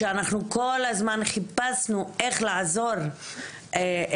שאנחנו כל הזמן חיפשנו איך לעזור לנשים,